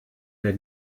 der